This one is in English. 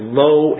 low